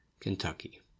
Kentucky